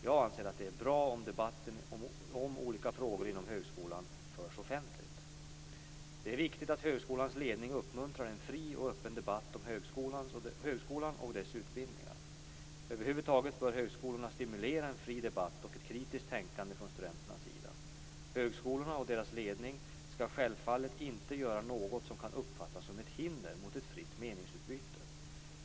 Jag anser att det är bra om debatten om olika frågor inom högskolan förs offentligt. Det är viktigt att högskolans ledning uppmuntrar en fri och öppen debatt om högskolan och dess utbildningar. Över huvud taget bör högskolorna stimulera en fri debatt och ett kritiskt tänkande från studenternas sida. Högskolorna och deras ledning skall självfallet inte göra något som kan uppfattas som ett hinder mot ett fritt meningsutbyte.